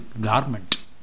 garment